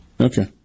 Okay